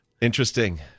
Interesting